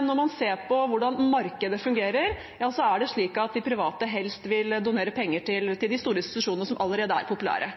når man ser på hvordan markedet fungerer, er det slik at de private helst vil donere penger til de store institusjonene som allerede er populære?